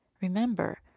Remember